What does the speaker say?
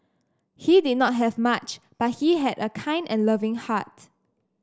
he did not have much but he had a kind and loving heart